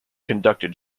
conducted